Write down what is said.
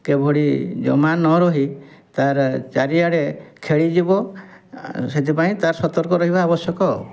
କିଭଳି ଜମା ନ ରହି ତା'ର ଚାରିଆଡ଼େ ଖେଳିଯିବ ସେଥିପାଇଁ ତା'ର ସତର୍କ ରହିବା ଆବଶ୍ୟକ ଆଉ